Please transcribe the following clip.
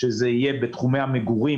שזה יהיה בתחומי המגורים